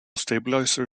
stabilizer